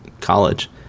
college